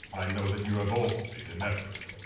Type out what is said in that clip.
i know that you have all made an effort.